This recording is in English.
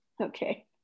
Okay